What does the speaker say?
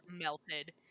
melted